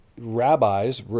rabbis